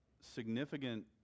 significant